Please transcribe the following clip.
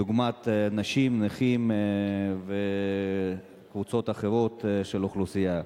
דוגמת נשים, נכים וקבוצות אחרות של האוכלוסייה.